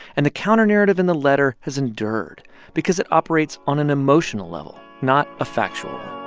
and the counternarrative in the letter has endured because it operates on an emotional level, not a factual